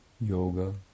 yoga